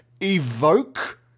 evoke